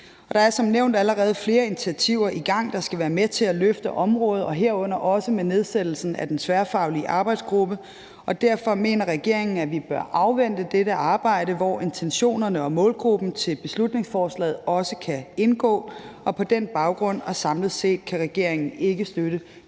der er som nævnt allerede flere initiativer i gang, der skal være med til at løfte området, herunder også nedsættelsen af den tværfaglige arbejdsgruppe, og derfor mener regeringen, at vi bør afvente dette arbejde, hvor intentionerne og målgruppen i beslutningsforslaget også kan indgå. På den baggrund og samlet set kan regeringen ikke støtte